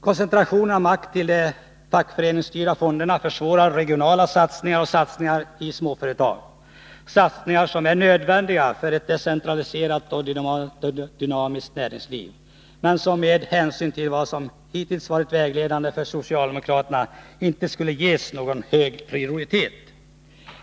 Koncentrationen av makt till de fackföreningsstyrda fonderna försvårar regionala satsningar och satsningar i småföretag — satsningar som är nödvändiga för ett decentraliserat och dynamiskt näringsliv men som med hänsyn till vad som hittills varit vägledande för socialdemokraterna inte skulle ges någon hög prioritet.